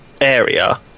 area